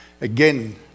Again